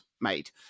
made